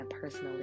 personally